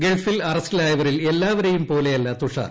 ഗൾഫിൽ അറസ്റ്റിലായവരിൽ എല്ലാപ്പ്ര്യേയും പോലെയല്ല തുഷാർ